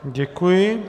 Děkuji.